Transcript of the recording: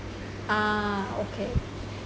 uh okay